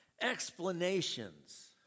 explanations